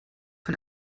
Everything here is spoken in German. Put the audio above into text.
von